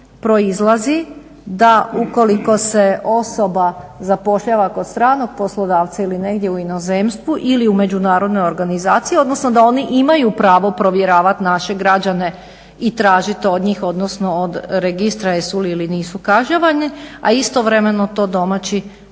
proizlazi da ukoliko se osoba zapošljava kod stranog poslodavca ili negdje u inozemstvu ili u međunarodnoj organizaciji odnosno da oni imaju pravo provjeravati naše građane i tražiti od njih odnosno od registra jesu li ili nisu kažnjavani, a istovremeno to domaći